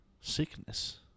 sickness